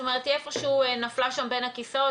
זאת אומרת היא נפלה בין הכיסאות,